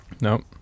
Nope